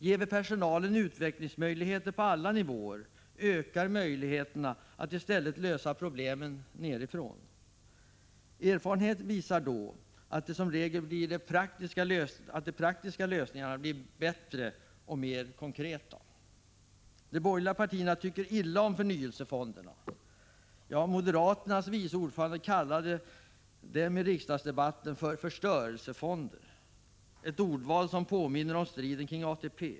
Ger vi personalen utvecklingsmöjligheter på alla nivåer, ökar möjligheterna att i stället lösa problemen nerifrån. Erfarenheten visar att de praktiska lösningarna då som regel blir bättre och mer konkreta. De borgerliga partierna tycker illa om förnyelsefonderna. Ja, moderaternas vice ordförande kallade dem i riksdagsdebatten för förstörelsefonder. Det är ett ordval som påminner om striden kring ATP.